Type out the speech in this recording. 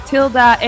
Tilda